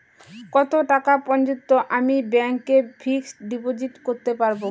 কত টাকা পর্যন্ত আমি ব্যাংক এ ফিক্সড ডিপোজিট করতে পারবো?